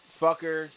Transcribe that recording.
fucker